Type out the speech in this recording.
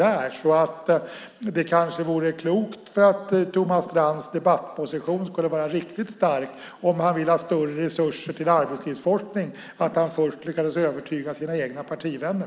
För att Thomas Strands debattposition ska vara riktigt stark vore det, om han vill ha större resurser till arbetslivsforskning, kanske klokt att först försöka övertyga sina egna partivänner.